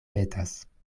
petas